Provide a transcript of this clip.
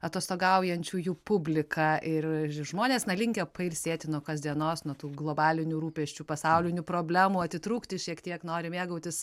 atostogaujančiųjų publika ir žmonės na linkę pailsėti nuo kasdienos nuo tų globalinių rūpesčių pasaulinių problemų atitrūkti šiek tiek nori mėgautis